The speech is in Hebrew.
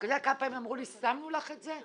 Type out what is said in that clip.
אתה יודע כמה פעמים אמרו לי, שמנו לך את זה?